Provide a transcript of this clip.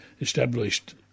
established